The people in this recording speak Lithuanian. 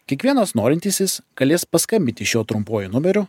kiekvienas norintysis galės paskambinti šiuo trumpuoju numeriu